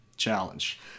challenge